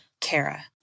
Kara